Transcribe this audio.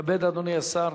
יתכבד אדוני השר